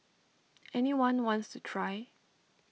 any one wants try